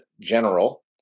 general